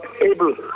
able